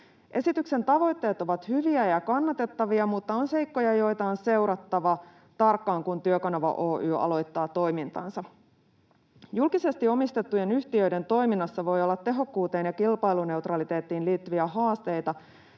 Esityksen tavoitteet ovat hyviä ja kannatettavia, mutta on seikkoja, joita on seurattava tarkkaan, kun Työkanava Oy aloittaa toimintansa. Julkisesti omistettujen yhtiöiden toiminnassa voi olla tehokkuuteen ja kilpailuneutraliteettiin liittyviä haasteita,